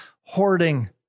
hoarding